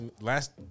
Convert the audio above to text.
last